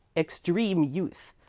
extreme youth.